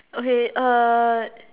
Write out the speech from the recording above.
okay uh